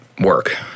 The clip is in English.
work